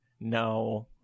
no